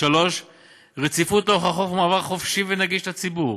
3. רציפות לאורך החוף ומעבר חופשי ונגיש לציבור,